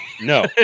No